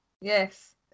yes